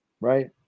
right